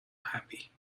happy